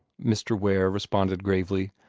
mr. ware responded gravely.